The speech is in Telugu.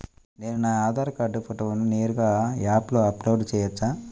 నేను నా ఆధార్ కార్డ్ ఫోటోను నేరుగా యాప్లో అప్లోడ్ చేయవచ్చా?